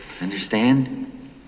Understand